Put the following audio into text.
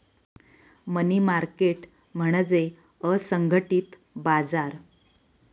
मनी market म्हणजे असंघटित बाजार